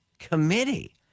committee